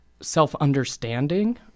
self-understanding